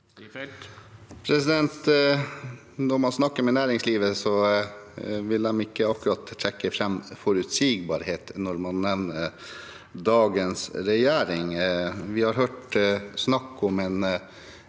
Når man snakker med næringslivet, vil de ikke akkurat trekke fram forutsigbarhet når man nevner dagens regjering. Vi har hørt snakk om en